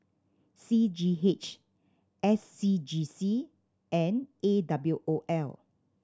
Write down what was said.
C G H S C G C and A W O L